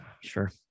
sure